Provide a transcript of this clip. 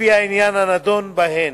לפי העניין הנדון בהן: